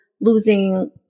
losing